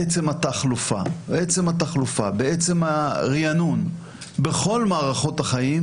בעצם התחלופה, בעצם הריענון בכל מערכות החיים,